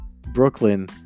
brooklyn